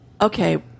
okay